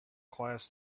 class